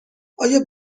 آیا